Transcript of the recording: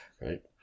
right